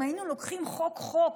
אם היינו לוקחים חוק חוק,